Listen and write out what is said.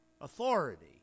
authority